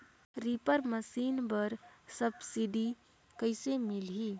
Reaper machine बर subsidy कइसे मिलही?